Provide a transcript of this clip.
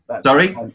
Sorry